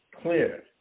clear